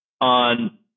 on